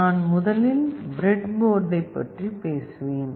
நான் முதலில் பிரெட் போர்டைப் பற்றி பேசுவேன்